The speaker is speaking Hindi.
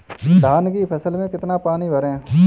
धान की फसल में कितना पानी भरें?